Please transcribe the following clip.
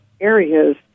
areas